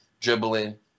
dribbling